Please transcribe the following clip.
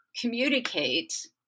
communicate